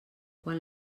quan